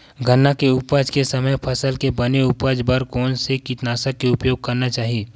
गन्ना के उपज के समय फसल के बने उपज बर कोन से कीटनाशक के उपयोग करना चाहि?